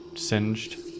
Singed